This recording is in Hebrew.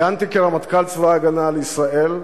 כיהנתי כרמטכ"ל צבא-ההגנה לישראל,